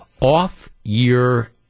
Off-year